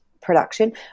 production